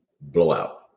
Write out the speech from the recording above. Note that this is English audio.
Blowout